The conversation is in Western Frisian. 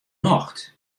nocht